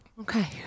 Okay